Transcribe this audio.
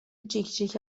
جیکجیک